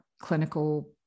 clinical